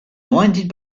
blinded